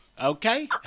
Okay